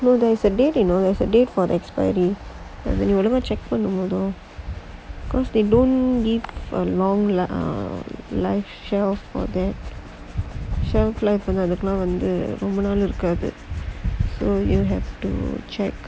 no there is a date you know there is a date for the expiry நீ ஒழுங்கா பண்ணனும் மொத:nee olunga pannanum motha because they don't eat long அதுகெல்லாம் வந்து ரொம்ப நாள் இருக்காது:athukellaam vanthu romba naal irukaathu go and check